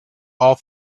all